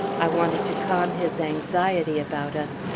i wanted to calm his anxiety about us,